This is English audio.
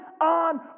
on